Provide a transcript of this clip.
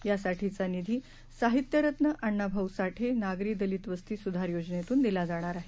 यासाठीचा निधी साहित्यरत्न अण्णा भाऊ साठे नागरी दलित वस्ती सुधार योजनेतून दिला जाणार आहे